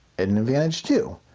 and advantage two.